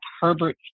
Herbert